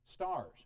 Stars